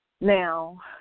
Now